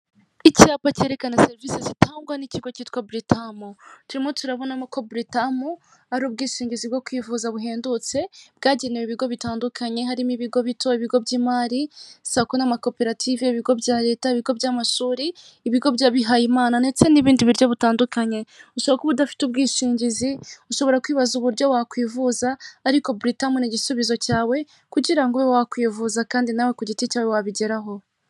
Icyapa cyerekana serivisi zitangwa n'ikigo cyitwa buritamu. Turimo turabonamo ko buritamu ari ubwishingizi bwo kwivuza buhendutse, bwagenewe ibigo bitandukanye harimo ibigo bito, ibigo by'imari, sako n'amakoperative, ibigo bya leta, ibigo by'amashuri, ibigo by'abihayeyimana ndetse n'ubundi buryo butandukanye. Ushobora kuba udafite ubwishingizi, ushobora kwibaza uburyo wakwivuza ariko buritamo ni igisubizo cyawe, kugira ngo ube wakwivuza kandi nawe ku giti cyawe wabigeraho.